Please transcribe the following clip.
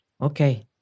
Okay